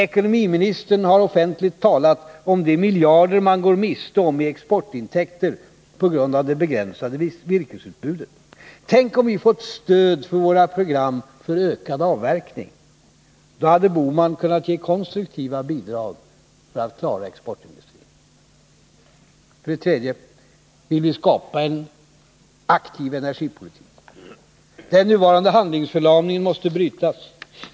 Ekonomiministern har offentligt talat om de miljarder man går miste om i exportintäkter på grund av det begränsade virkesutbudet. Tänk om vi fått stöd för vårt program för ökad avverkning! Då hade Gösta Bohman kunnat ge konstruktiva bidrag för att klara skogsindustrin. För det tredje vill vi skapa en aktiv energipolitik. Den nuvarande handlingsförlamningen måste brytas.